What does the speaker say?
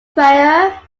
prayer